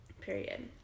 Period